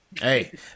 Hey